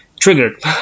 triggered